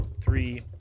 three